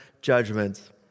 judgments